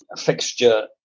fixture